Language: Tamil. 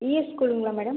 இஎஸ் ஸ்கூலுங்களா மேடம்